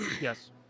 Yes